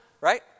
right